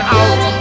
out